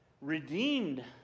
redeemed